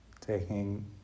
Taking